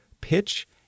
pitch